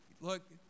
Look